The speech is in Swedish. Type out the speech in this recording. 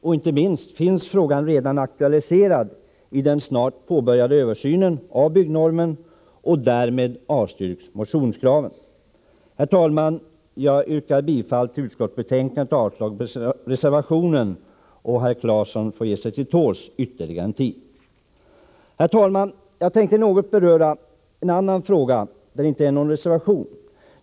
— och inte minst — är frågan redan aktualiserad i den snart påbörjade översynen av byggnormen och därför avstyrks motionskraven. Jag yrkar bifall till utskottets hemställan och avslag på reservationen. Herr Claeson får ge sig till tåls ytterligare en tid. Herr talman! Jag tänkte också något beröra en annan fråga, där det inte finns någon reservation.